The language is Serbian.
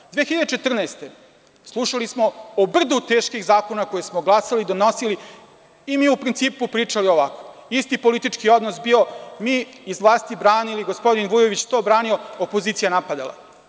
Godine 2014. slušali smo o brdu teških zakona koje smo glasali, donosili i mi u principu pričali ovako, isti politički odnos bio, mi iz vlasti branili, gospodin Vujović to branio, opozicija napadala.